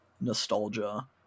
nostalgia